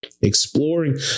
exploring